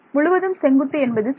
முழுவதும் செங்குத்து என்பது சரி